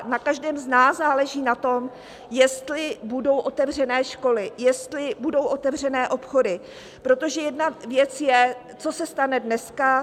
Na každém z nás záleží na tom, jestli budou otevřené školy, jestli budou otevřené obchody, protože jedna věc je, co se stane dneska.